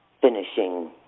finishing